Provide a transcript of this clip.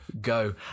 go